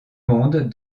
monde